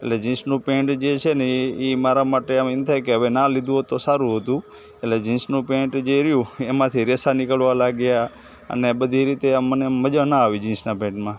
એટલે જીન્સનું પેન્ટ જે છે ને એ એ મારા માટે આમ એમ થાય કે હવે ના લીધું હોત તો સારું હતું એટલે જીન્સનું પેન્ટ જે રહ્યું એમાંથી રેસા નીકળવા લાગ્યા અને બધી રીતે આમ મને મજા ના આવી જીન્સનાં પેન્ટમાં